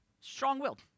Strong-willed